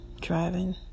driving